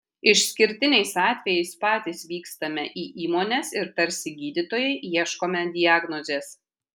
išskirtiniais atvejais patys vykstame į įmones ir tarsi gydytojai ieškome diagnozės